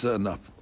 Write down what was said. enough